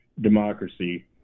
democracy